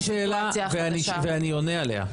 אני נשאלתי שאלה ואני עונה עליה.